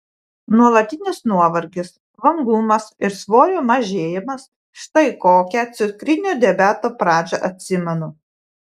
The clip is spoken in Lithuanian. nuolatinis nuovargis vangumas ir svorio mažėjimas štai kokią cukrinio diabeto pradžią atsimenu